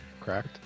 correct